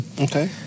Okay